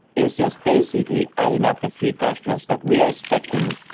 is just basically adding up the free cash flows that we are expecting